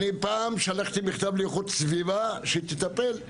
אני פעם שלחתי מכתב לאיכות הסביבה שתטפל בזה.